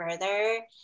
further